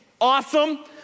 Awesome